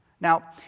Now